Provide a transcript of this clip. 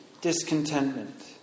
Discontentment